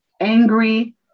angry